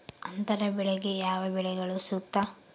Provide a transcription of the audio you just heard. ಅಂತರ ಬೆಳೆಗೆ ಯಾವ ಬೆಳೆಗಳು ಸೂಕ್ತ?